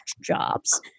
jobs